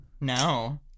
No